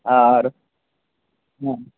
আর হুম